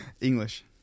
English